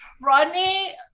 Rodney